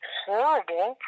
horrible